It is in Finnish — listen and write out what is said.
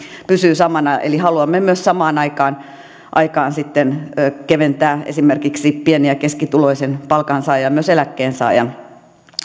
pysyy samana eli haluamme myös samaan aikaan aikaan sitten keventää esimerkiksi pieni ja keskituloisen palkansaajan myös eläkkeensaajan